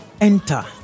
enter